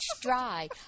dry